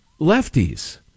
lefties